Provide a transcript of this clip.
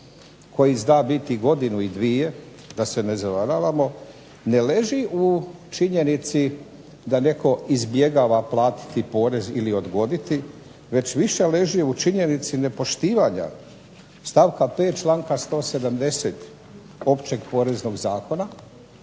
koji zna biti godinu i dvije da se ne zavaravamo ne leži u činjenici da netko izbjegava platiti porez ili odgoditi, već više leži u činjenici nepoštivanja stavka 5. članka 170. Općeg poreznog zakona.